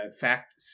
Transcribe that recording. fact